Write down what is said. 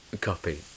copy